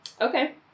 Okay